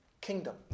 kingdom